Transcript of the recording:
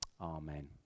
Amen